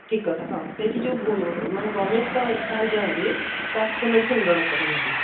ଠିକ୍ କଥା ହଁ ସେଇଠି ଯେଉଁ ମାନେ ରମେଶ ସାହୁ ସାହୁ ଯାଆନ୍ତି ତା ସେ ମେଡ଼ିସିନ୍ର ଡକ୍ଟର୍ ନିହାତି